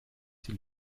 die